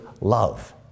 love